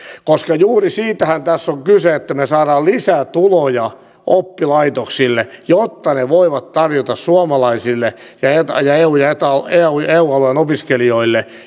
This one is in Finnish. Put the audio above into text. koska juuri siitähän tässä on kyse että me saamme lisää tuloja oppilaitoksille jotta ne voivat tarjota suomalaisille ja eu ja eta alueen opiskelijoille